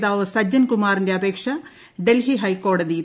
നേതാവ് സജ്ജൻകുമാറിന്റെ അപേക്ഷ ഡൽഹി ഹൈക്കോടതി തള്ളി